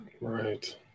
Right